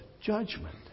judgment